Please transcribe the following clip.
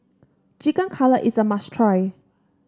Chicken Cutlet is a must try